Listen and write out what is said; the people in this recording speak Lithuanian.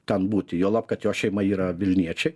ten būti juolab kad jo šeima yra vilniečiai